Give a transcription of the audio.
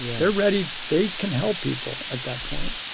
they're ready, they can help people. at that point